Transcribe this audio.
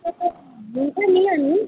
ए हुन्छ नि अनि